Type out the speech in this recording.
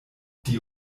die